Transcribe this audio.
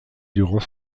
durant